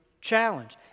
challenge